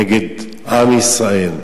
נגד עם ישראל,